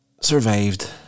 survived